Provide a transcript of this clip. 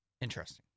interesting